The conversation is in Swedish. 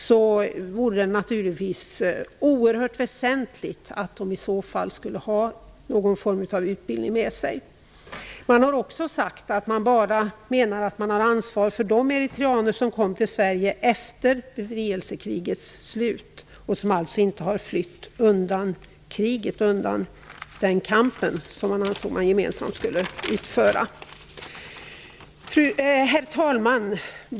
Det vore naturligtvis oerhört väsentligt att de har någon form av utbildning med sig. Man har också sagt att man bara har ansvar för de eritreaner som kom till Sverige efter befrielsekrigets slut, och som alltså inte har flytt undan kriget och den kamp som man gemensamt skulle utföra. Herr talman!